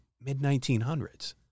mid-1900s